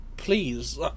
Please